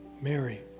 Mary